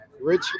rich